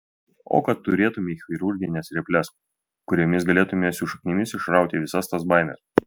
o kad turėtumei chirurgines reples kuriomis galėtumei su šaknimis išrauti visas tas baimes